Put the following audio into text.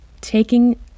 Taking